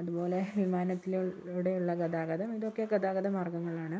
അതുപോലെ വിമാനത്തിലൂടെയുള്ള ഗതാഗതം ഇതൊക്കെ ഗതാഗത മാർഗ്ഗങ്ങളാണ്